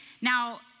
Now